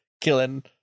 killing